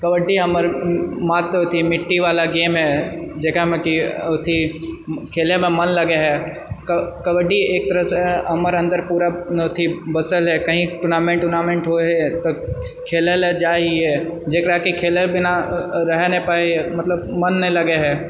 कबड्डी हमर मातृ अथि मिट्टी वाला गेम है जेकरामे कि अथि खेलैमे मन लगए है कबड्डी एक तरहसँ हमर अन्दर पूरा अथि बसल है कही टूर्नामेंट वर्नामेन्ट होए है तऽ खेलए लए जाइए जेकराकि खेलै बिना रहैए नहि पाबै मतलब मन नहि लागए है